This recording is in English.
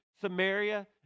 samaria